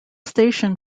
station